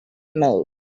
mode